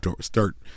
start